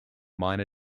minor